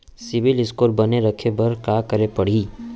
CIBIL score बने रखे बर का करे पड़ही?